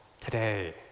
today